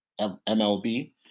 MLB